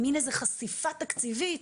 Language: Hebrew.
ממן איזו חשיפה תקציבית,